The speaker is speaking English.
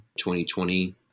2020